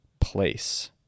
place